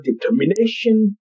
determination